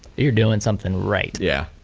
you are doing something right. yeah.